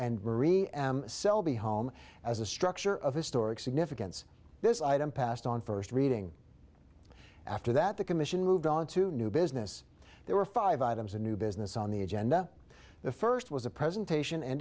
and marie am selby home as a structure of historic significance this item passed on first reading after that the commission moved on to new business there were five items in new business on the agenda the first was a presentation and